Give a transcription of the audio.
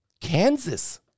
Kansas